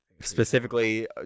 Specifically